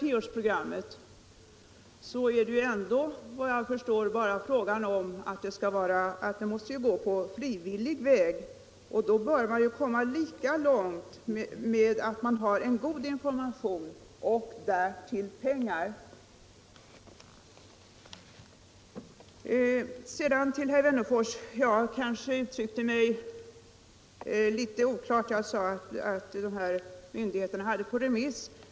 Tioårsprogrammet skulle gå på frivillig väg. Då bör man komma lika långt med en god information och därtill pengar. Till herr Wennerfors vill jag säga att jag kanske uttryckte mig litet oklart. Jag sade att myndigheterna hade det på remiss.